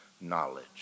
knowledge